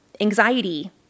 anxiety